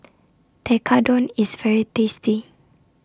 Tekkadon IS very tasty